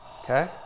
Okay